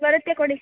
ಬರುತ್ತೆ ಕೊಡಿ